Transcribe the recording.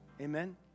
amen